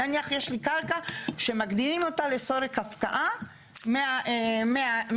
נניח יש לי קרקע שמגדירים אותה לצורך הפקעה 100 שקלים.